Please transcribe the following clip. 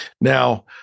Now